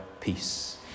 peace